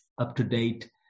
up-to-date